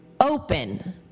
open